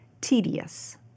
tedious